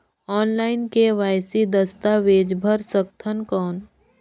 Online KYC दस्तावेज भर सकथन कौन?